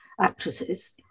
actresses